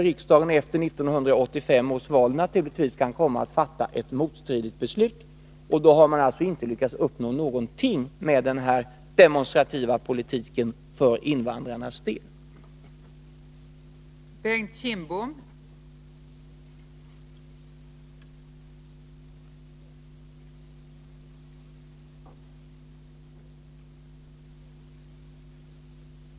Riksdagen kan efter 1985 års val naturligtvis komma att fatta ett motstridigt beslut, och då har man alltså inte lyckats uppnå någonting för invandrarnas del med den här demonstrativa politiken.